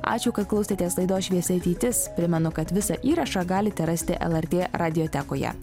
ačiū kad klausėtės laidos šviesi ateitis primenu kad visą įrašą galite rasti lrt radiotekoje